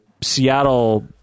Seattle